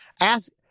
Ask